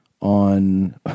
on